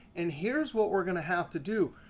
and here's what we're going to have to do.